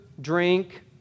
drink